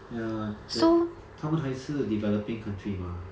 ya the 他们还是 developing country mah